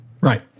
Right